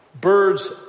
birds